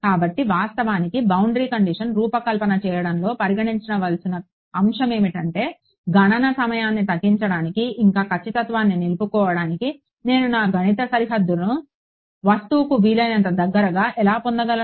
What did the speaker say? కాబట్టి వాస్తవానికి boundary condition లను రూపకల్పన చేయడంలో పరిగణించవలసిన అంశం ఏమిటంటే గణన సమయాన్ని తగ్గించడానికి ఇంకా ఖచ్చితత్వాన్ని నిలుపుకోవడానికి నేను నా గణిత సరిహద్దును వస్తువుకు వీలైనంత దగ్గరగా ఎలా పొందగలను